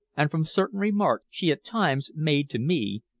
and from certain remarks she at times made to me,